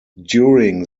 during